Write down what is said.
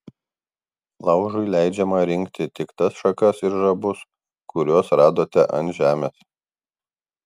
laužui leidžiama rinkti tik tas šakas ir žabus kuriuos radote ant žemės